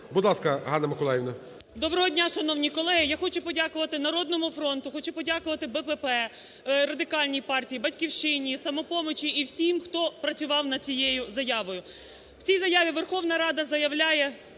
Будь ласка, Ганна Миколаївна. 13:54:36 ГОПКО Г.М. Доброго дня, шановні колеги! Я хочу подякувати "Народному фронту", хочу подякувати БПП, Радикальній партії, "Батьківщині", "Самопомочі", і всім, хто працював над цією заявою. В цій заяві Верховна Рада заявляє